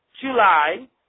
July